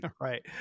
right